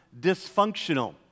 dysfunctional